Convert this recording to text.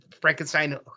Frankenstein